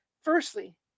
Firstly